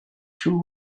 two